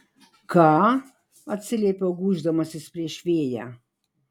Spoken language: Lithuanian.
ką atsiliepiau gūždamasis prieš vėją